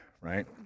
right